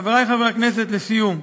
חברי חברי הכנסת, לסיום,